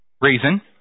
reason